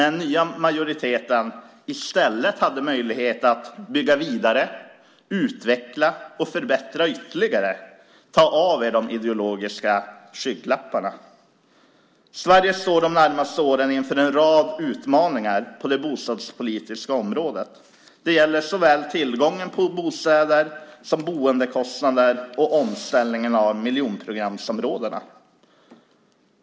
Den nya majoriteten hade möjlighet att i stället bygga vidare, utveckla och förbättra ytterligare. Ta av er de ideologiska skygglapparna! Sverige står de närmaste åren inför en rad utmaningar på det bostadspolitiska området. Det gäller såväl tillgången på bostäder som boendekostnader och omställningen av miljonprogramsområdena.